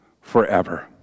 forever